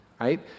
right